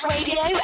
Radio